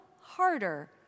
harder